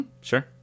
Sure